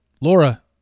Laura